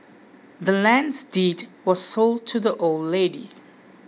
the land's deed was sold to the old lady